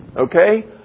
Okay